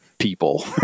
people